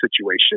situation